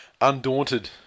Undaunted